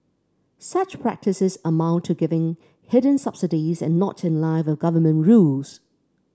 such practices amount to giving hidden subsidies and not in line with government rules